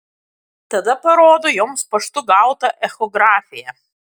tada parodo joms paštu gautą echografiją